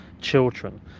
children